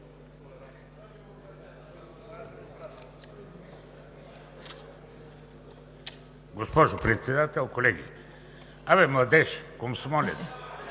Госпожо Председател, колеги! Абе, младеж, комсомолец!